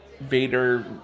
vader